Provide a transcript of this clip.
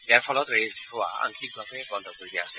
ইয়াৰ ফলত ৰেলসেৱা আংশিকভাৱে বন্ধ কৰি দিয়া হৈছে